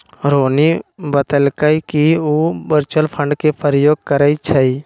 रोहिणी बतलकई कि उ वर्चुअल कार्ड के प्रयोग करई छई